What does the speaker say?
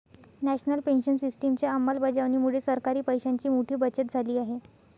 national pension सिस्टिमच्या अंमलबजावणीमुळे सरकारी पैशांची मोठी बचत झाली आहे